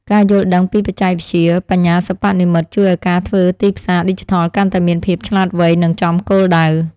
ការយល់ដឹងពីបច្ចេកវិទ្យាបញ្ញាសិប្បនិម្មិតជួយឱ្យការធ្វើទីផ្សារឌីជីថលកាន់តែមានភាពឆ្លាតវៃនិងចំគោលដៅ។